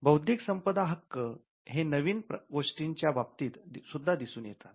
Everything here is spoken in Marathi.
बौद्धिक संपदा हक्क हे नवीन गोष्टींच्या बाबतीत सुद्धा दिसून येतात